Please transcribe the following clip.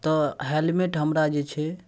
तऽ हेलमेट हमरा जे छै